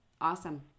Awesome